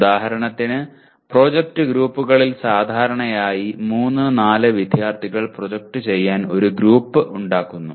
ഉദാഹരണത്തിന് പ്രോജക്റ്റ് ഗ്രൂപ്പുകളിൽ സാധാരണയായി 3 4 വിദ്യാർത്ഥികൾ പ്രോജക്റ്റ് ചെയ്യാൻ ഒരു ഗ്രൂപ്പ് ഉണ്ടാക്കുന്നു